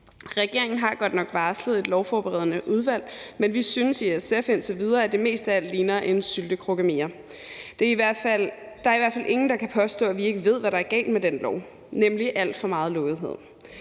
Regeringen har godt nok varslet et lovforberedende udvalg, men vi synes i SF, at det indtil videre mest af alt ligner en syltekrukke mere. Der er i hvert fald ingen, der kan påstå, at vi ikke ved, hvad der er galt med den lov, nemlig at der er alt for meget lukkethed.